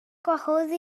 gwahodd